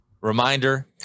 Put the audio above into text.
Reminder